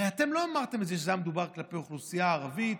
הרי אתם לא אמרתם את זה כשהיה מדובר באוכלוסייה הערבית,